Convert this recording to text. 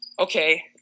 okay